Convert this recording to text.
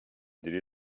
délai